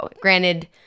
Granted